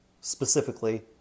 specifically